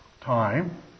time